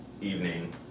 evening